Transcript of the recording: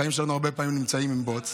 החיים שלנו הרבה פעמים נמצאים עם בוץ.